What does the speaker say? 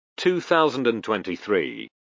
2023